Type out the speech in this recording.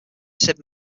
sid